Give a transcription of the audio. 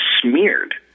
smeared